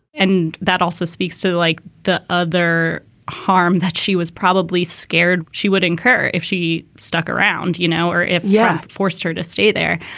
and that also speaks to like the other harm that she was probably scared she would incur if she stuck around, you know or if you yeah forced her to stay there.